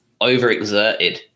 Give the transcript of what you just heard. overexerted